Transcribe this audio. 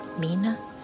Mina